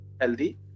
healthy